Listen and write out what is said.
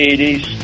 80s